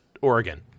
oregon